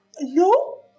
No